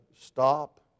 stop